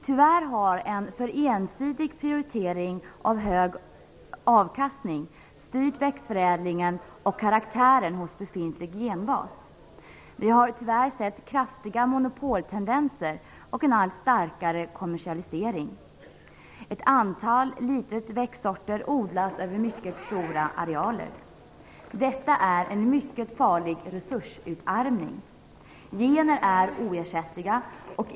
Tyvärr har en för ensidig prioritering av hög avkastning styrt växtförädlingen och karaktären hos befintlig genbas. Vi har sett kraftiga monopoltendenser och en allt starkare kommersialisering. Ett litet antal växtsorter odlas över mycket stora arealer. Detta är en mycket farlig resursutarmning. Gener är oersättliga.